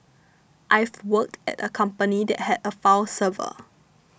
I've worked at a company that had a file server